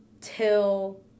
till